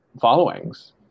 followings